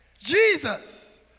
Jesus